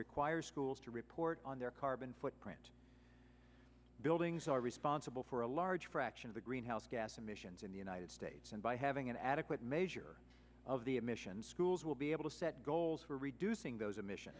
require schools to report on their carbon footprint buildings are responsible for a large fraction of the greenhouse gas emissions in the united states and by having an adequate measure of the admission schools will be able to set goals for reducing those emission